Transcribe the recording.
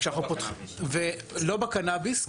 ולא בקנביס,